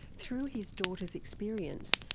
through his daughter's experience,